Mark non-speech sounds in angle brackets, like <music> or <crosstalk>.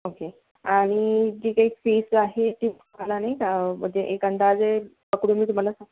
okay आणि जी काही फीस आहे ती <unintelligible> नाही म्हणजे एक अंदाजे पकडून मी तुम्हाला सांग